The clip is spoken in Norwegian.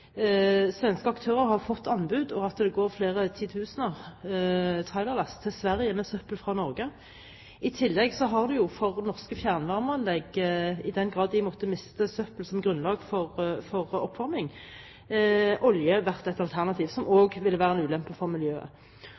svenske aktører har fått anbud, og at det går flere titusener trailerlass til Sverige med søppel fra Norge. For norske fjernvarmeanlegg har i tillegg – i den grad de måtte miste søppel som grunnlag for oppvarming – olje vært et alternativ, noe som også vil være en ulempe for miljøet.